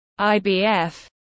IBF